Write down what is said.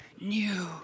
new